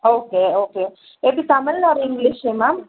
okay okay எப்படி Tamil or இங்கிலீஷா ma'am